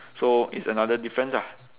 so it's another difference ah